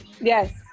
Yes